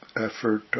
effort